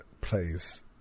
plays